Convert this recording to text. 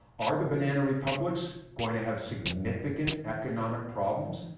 are the banana republics going to have significant economic problems?